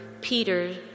Peter